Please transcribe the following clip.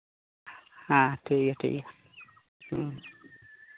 ᱦᱮᱸ ᱴᱷᱤᱠ ᱜᱮᱭᱟ ᱴᱷᱤᱠ ᱜᱮᱭᱟ ᱦᱮᱸ